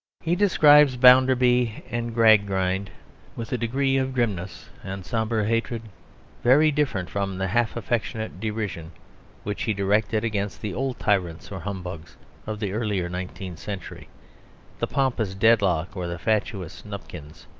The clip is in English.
he describes bounderby and gradgrind with a degree of grimness and sombre hatred very different from the half affectionate derision which he directed against the old tyrants or humbugs of the earlier nineteenth century the pompous dedlock or the fatuous nupkins,